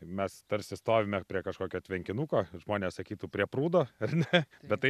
mes tarsi stovime prie kažkokio tvenkinuko žmonės sakytų prie prūdo ar ne bet tai